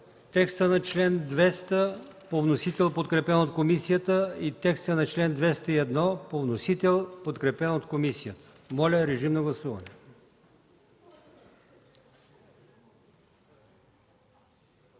текста на чл. 200 по вносител, подкрепен от комисията и текста на чл. 201 по вносител, подкрепен от комисията. Гласували